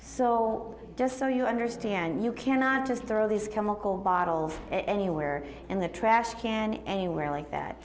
so just so you understand you cannot of throw these chemical bottles anywhere in the trash can anywhere like that